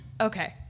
Okay